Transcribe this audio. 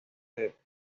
norte